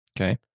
Okay